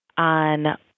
On